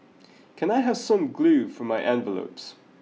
can I have some glue for my envelopes